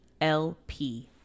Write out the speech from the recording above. lp